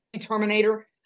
Terminator